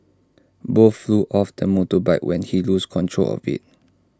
both flew off the motorbike when he lost control of IT